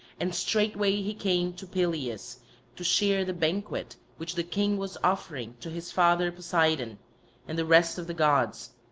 and straightway he came to pelias to share the banquet which the king was offering to his father poseidon and the rest of the gods,